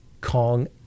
Kong